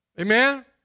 Amen